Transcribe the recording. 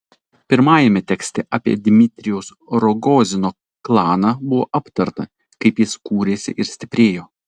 pirmajame tekste apie dmitrijaus rogozino klaną buvo aptarta kaip jis kūrėsi ir stiprėjo